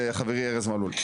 חברי חבר הכנסת ארז מלול,